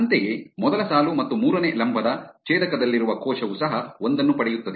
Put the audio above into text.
ಅಂತೆಯೇ ಮೊದಲ ಸಾಲು ಮತ್ತು ಮೂರನೇ ಲಂಬದ ಛೇದಕದಲ್ಲಿರುವ ಕೋಶವು ಸಹ ಒಂದನ್ನು ಪಡೆಯುತ್ತದೆ